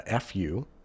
fu